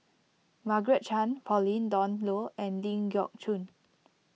Margaret Chan Pauline Dawn Loh and Ling Geok Choon